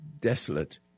desolate